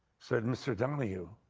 said, mr. donahue,